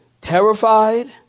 terrified